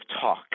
talk